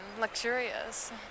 luxurious